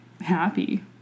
happy